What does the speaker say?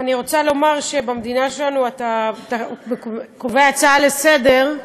אני רוצה לומר שבמדינה שלנו אתה קובע הצעה לסדר-היום,